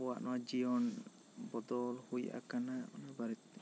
ᱟᱵᱚᱣᱟᱜ ᱱᱚᱣᱟ ᱡᱤᱭᱚᱱ ᱵᱚᱫᱚᱞ ᱦᱩᱭ ᱟᱠᱟᱱᱟ ᱚᱱᱟ ᱵᱟᱨᱮ ᱛᱮ